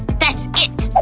that's it.